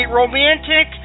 romantic